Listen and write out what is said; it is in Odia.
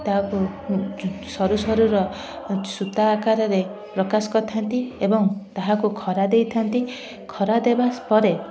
ତାହାକୁ ସରୁ ସରୁର ସୂତା ଆକାରରେ ପ୍ରକାଶ କରିଥାନ୍ତି ଏବଂ ତାହାକୁ ଖରା ଦେଇଥାନ୍ତି ଖରାଦେବା ପରେ